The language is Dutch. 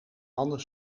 mannen